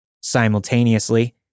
Simultaneously